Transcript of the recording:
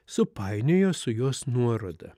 supainiojo su jos nuoroda